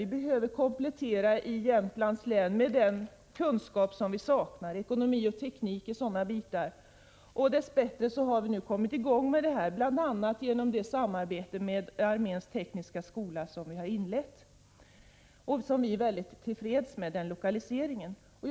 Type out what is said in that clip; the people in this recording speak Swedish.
Vi behöver i Jämtlands län komplettera med den kunskap som vi saknar — t.ex. när det gäller ekonomi och teknik. Dess bättre har vi nu kommit i gång med detta, bl.a. genom det samarbete med arméns tekniska skola som vi har inlett. Vi är mycket till freds med lokaliseringen av den skolan.